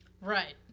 Right